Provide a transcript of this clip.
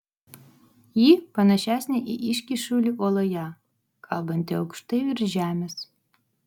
ji panašesnė į iškyšulį uoloje kabantį aukštai virš žemės